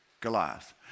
Goliath